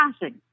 passing